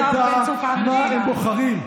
למה אתה מפחד?